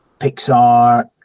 Pixar